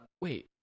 wait